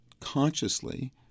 consciously